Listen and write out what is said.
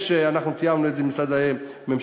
אנחנו תיאמנו את זה עם הממשלה.